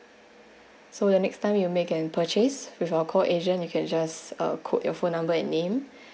so the next time you make an purchase with our call agent you can just uh quote your phone number and name